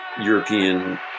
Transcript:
European